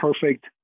perfect